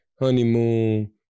honeymoon